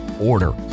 order